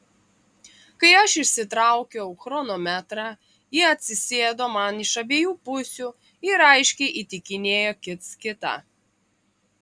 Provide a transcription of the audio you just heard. kai aš išsitraukiau chronometrą jie atsisėdo man iš abiejų pusių ir aiškiai įtikinėjo kits kitą